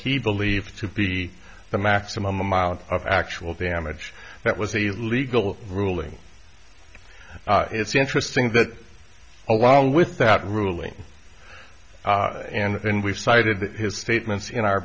he believed to be the maximum amount of actual damage that was the legal ruling it's interesting that along with that ruling and we've cited his statements in our